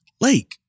lake